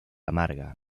amarga